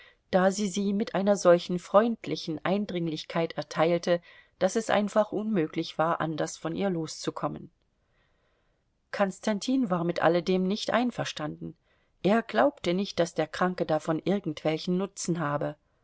da sie sie mit einer solchen freundlichen eindringlichkeit erteilte daß es einfach unmöglich war anders von ihr loszukommen konstantin war mit alledem nicht einverstanden er glaubte nicht daß der kranke davon irgendwelchen nutzen habe